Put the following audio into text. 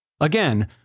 Again